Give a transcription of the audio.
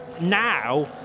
now